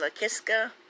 LaKiska